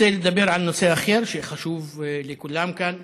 רוצה לדבר על נושא אחר, שחשוב לכולם כאן,